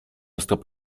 strop